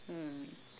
mm